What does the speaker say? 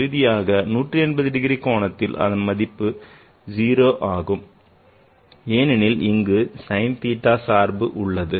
இறுதியாக 180 degree கோணத்தில் அதன் மதிப்பு 0 ஆகும் ஏனெனில் அங்கு sin theta சார்பு உள்ளது